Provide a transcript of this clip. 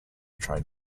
train